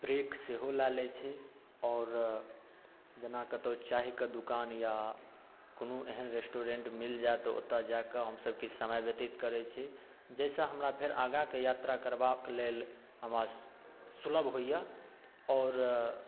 brake सेहो लऽ लै छी आओर जेना कतौ चायके दोकान या कोनो एहन रेस्टोरेन्ट मिल जाय तऽ ओतय जा कऽ हम सब किछु समय व्यतीत करै छी जाहिसँ हमरा फेर आगाँके यात्रा करबाक लेल हमरा सुलभ होइए आओर